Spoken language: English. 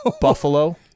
Buffalo